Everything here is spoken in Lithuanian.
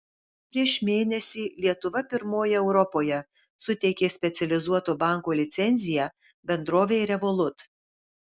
prieš mėnesį lietuva pirmoji europoje suteikė specializuoto banko licenciją bendrovei revolut